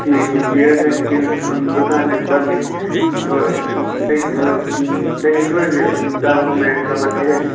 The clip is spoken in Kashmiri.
ٹھیٖک ٹھیٖک یہِ حظ آسہِ وُنکٮ۪نَس دُکان حظ بَنٛدے وۅں تُہۍ تُہۍ ہیٚکِو حظ یہِ دَہ وُہ مِنٹ صبر کٔرِتھ